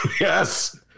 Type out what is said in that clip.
Yes